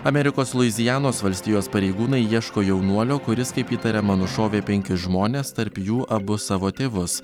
amerikos luizianos valstijos pareigūnai ieško jaunuolio kuris kaip įtariama nušovė penkis žmones tarp jų abu savo tėvus